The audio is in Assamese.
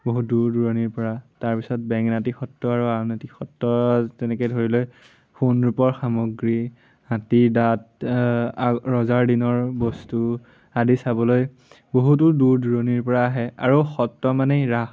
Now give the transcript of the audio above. বহুত দূৰ দূৰণিৰ পৰা তাৰপিছত বেঙেনাআটী সত্ৰ আৰু আউনীআটী সত্ৰ তেনেকে ধৰি লওক সোণ ৰূপৰ সামগ্ৰী হাতী দাঁত ৰজাৰ দিনৰ বস্তু আদি চাবলৈ বহুতো দূৰ দূৰণিৰ পৰা আহে আৰু সত্ৰ মানেই ৰাস